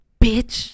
bitch